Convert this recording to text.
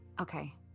Okay